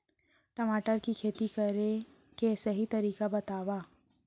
टमाटर की खेती करे के सही तरीका बतावा?